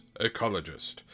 ecologist